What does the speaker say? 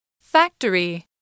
Factory